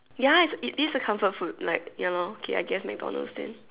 ya it's it is a comfort food like ya loh then I guess McDonalds then